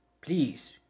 Please